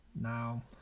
Now